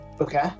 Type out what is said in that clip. Okay